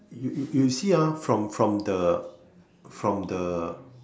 you you you see ah from from the from the